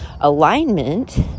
alignment